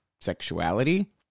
sexuality